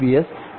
S 2